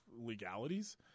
legalities